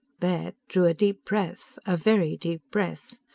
baird drew a deep breath. a very deep breath.